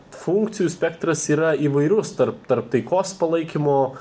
funkcijų spektras yra įvairus tarp tarp taikos palaikymo